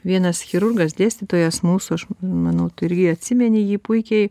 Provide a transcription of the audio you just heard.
vienas chirurgas dėstytojas mūsų aš manau tu irgi atsimeni jį puikiai